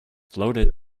floated